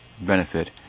benefit